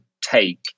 take